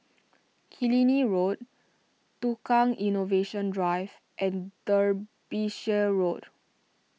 Killiney Road Tukang Innovation Drive and Derbyshire Road